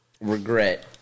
regret